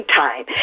time